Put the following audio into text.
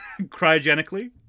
Cryogenically